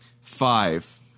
Five